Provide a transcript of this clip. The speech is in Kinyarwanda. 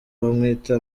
bamwita